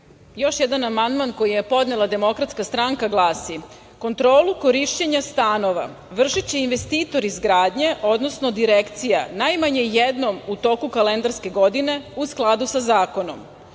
Još jedan amandman koji je podnela DS glasi – Kontrolu korišćenja stanova vršiće investitor izgradnje, odnosno Direkcije najmanje jednom u toku kalendarske godine u skladu sa zakonom.